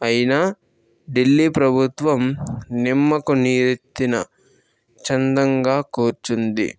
అయినా ఢిల్లీ ప్రభుత్వం నిమ్మకు నీరెత్తిన చందంగా కూర్చుంది